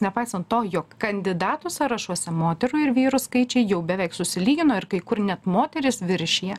nepaisant to jog kandidatų sąrašuose moterų ir vyrų skaičiai jau beveik susilygino ir kai kur net moterys viršija